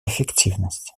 эффективность